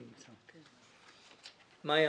מאיה,